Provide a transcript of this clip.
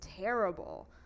terrible